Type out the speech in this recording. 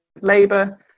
labour